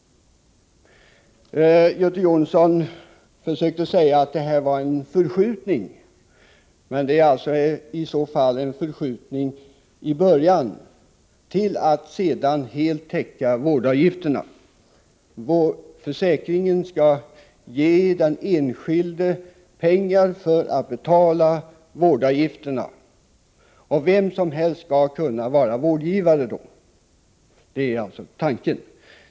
Göte Jonsson försökte hävda att det här var en förskjutning — men det är i så fall en förskjutning i början, till dess att vårdavgifterna sedan helt täcks. Försäkringen skall ge den enskilde pengar för att betala vårdavgifterna, och vem som helst skall kunna vara vårdgivare. Det är tanken.